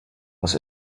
was